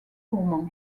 gourmand